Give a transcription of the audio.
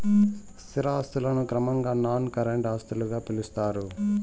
స్థిర ఆస్తులను క్రమంగా నాన్ కరెంట్ ఆస్తులుగా పిలుత్తారు